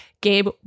Gabe